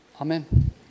Amen